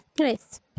Nice